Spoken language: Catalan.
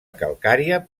calcària